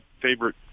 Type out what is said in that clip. favorite